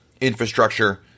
infrastructure